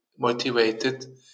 motivated